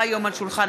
של חברת הכנסת